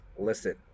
listen